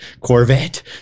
Corvette